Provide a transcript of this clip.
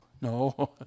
no